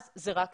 אלה רק מילים.